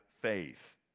faith